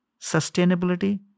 sustainability